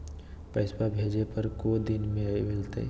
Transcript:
पैसवा भेजे पर को दिन मे मिलतय?